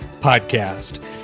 Podcast